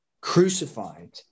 crucified